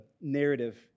narrative